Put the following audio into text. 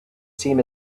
seam